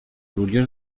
ludzie